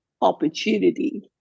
opportunity